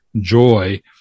joy